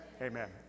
Amen